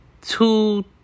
two